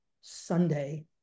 Sunday